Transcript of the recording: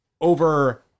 over